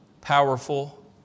powerful